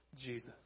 Jesus